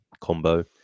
Combo